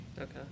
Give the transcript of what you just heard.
Okay